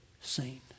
seen